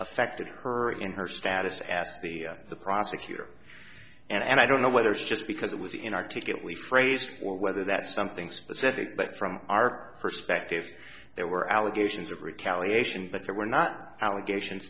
affected her in her status as the the prosecutor and i don't know whether it's just because it was in articulately phrased or whether that's something specific but from our perspective there were allegations of retaliation but there were not allegations